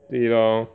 对 loh